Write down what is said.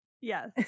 yes